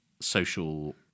social